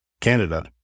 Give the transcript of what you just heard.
Canada